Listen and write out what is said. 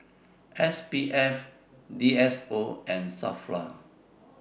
S P F D S O and SAFRA